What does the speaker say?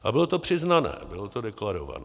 A bylo to přiznané, bylo to deklarované.